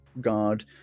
guard